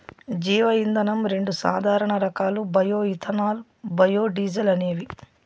జీవ ఇంధనం రెండు సాధారణ రకాలు బయో ఇథనాల్, బయోడీజల్ అనేవి